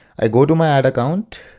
i go to my ad account.